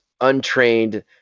untrained